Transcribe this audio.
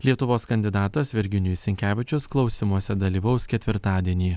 lietuvos kandidatas virginijus sinkevičius klausymuose dalyvaus ketvirtadienį